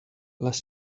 les